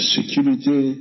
Security